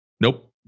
nope